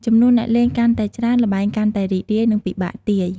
ចំនួនអ្នកលេងកាន់តែច្រើន ល្បែងកាន់តែរីករាយ និងពិបាកទាយ។